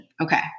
Okay